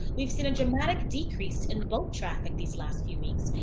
we've seen a dramatic decrease in boat traffic these last few weeks,